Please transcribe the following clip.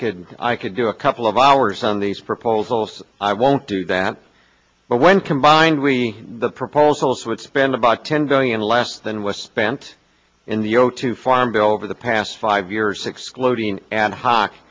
could i could do a couple of hours on these proposals i won't do that but when combined we the proposals would spend about ten billion less than was spent in the zero two farm bill over the past five years excluding adhoc